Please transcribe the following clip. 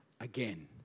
again